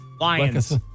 Lions